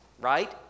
right